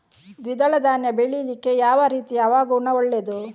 ದ್ವಿದಳ ಧಾನ್ಯ ಬೆಳೀಲಿಕ್ಕೆ ಯಾವ ರೀತಿಯ ಹವಾಗುಣ ಒಳ್ಳೆದು?